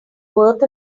worth